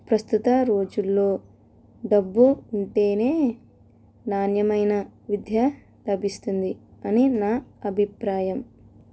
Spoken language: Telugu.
ప్రస్తుత రోజుల్లో డబ్బు ఉంటేనే నాణ్యమైన విద్య లభిస్తుంది అని నా అభిప్రాయం